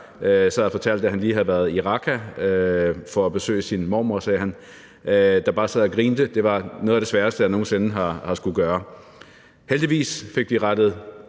sad og fortalte, at han lige havde været i Raqqa – for at besøge sin mormor, sagde han – og som bare sad og grinte, er noget af det sværeste, jeg nogen sinde har skullet gøre. Heldigvis fik vi rettet